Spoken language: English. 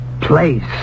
place